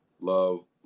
love